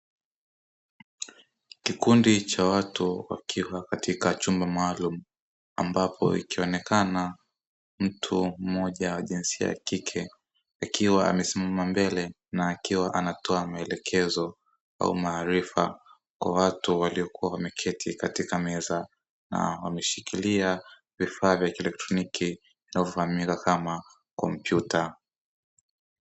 Kikundi cha watu wakiwa katika chumba maalumu, ambapo ikionekana mtu mmoja wa jinsia ya kike akiwa amesimama mbele, na akiwa anatoa maelekezo au maarifa kwa watu waliokuwa wameketi katika meza na wameshikilia vifaa vya kielektroniki vinavyofahamika kama kompyuta.